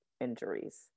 injuries